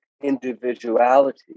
individuality